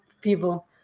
people